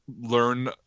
learn